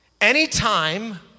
Anytime